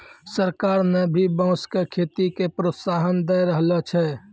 सरकार न भी बांस के खेती के प्रोत्साहन दै रहलो छै